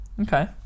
Okay